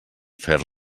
fer